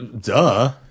duh